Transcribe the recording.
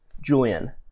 Julian